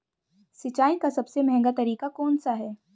सिंचाई का सबसे महंगा तरीका कौन सा है?